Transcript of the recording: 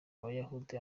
abayahudi